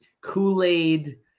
Kool-Aid –